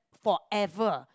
forever